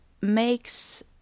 makes